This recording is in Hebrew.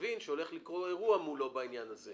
יבין שהולך לקרות אירוע מולו בעניין הזה.